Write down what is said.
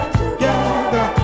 together